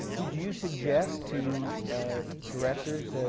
would you suggest to directors,